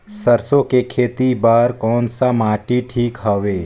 सरसो के खेती बार कोन सा माटी ठीक हवे?